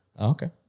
Okay